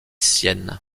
sienne